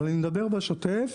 אני מדבר בשוטף,